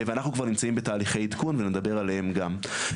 ואנחנו כבר נמצאים בתהליכי עדכון ונדבר עליהם גם.